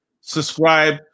subscribe